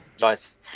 Nice